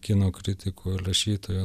kino kritiku ir rašytoju